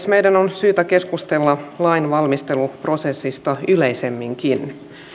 meidän on syytä keskustella lainvalmisteluprosessista yleisemminkin